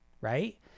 right